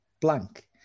blank